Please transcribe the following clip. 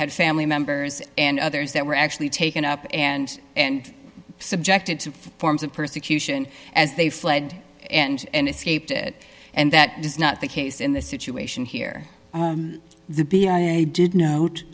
had family members and others that were actually taken up and and subjected to forms of persecution as they fled and escaped and that is not the case in the situation here the b i did note